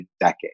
decade